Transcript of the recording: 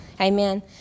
Amen